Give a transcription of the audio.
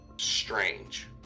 strange